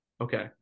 Okay